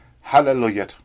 Hallelujah